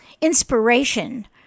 inspiration